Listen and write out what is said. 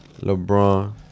LeBron